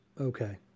Okay